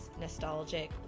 nostalgic